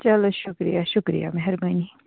چَلو شُکرِیا شُکرِیا میٚہَربٲنی